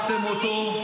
ערכתם אותו,